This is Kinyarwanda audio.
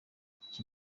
iki